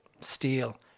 steel